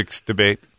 debate